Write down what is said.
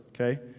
okay